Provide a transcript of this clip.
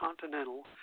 Continental